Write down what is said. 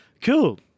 Cool